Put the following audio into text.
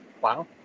Wow